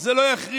זה לא יכריע,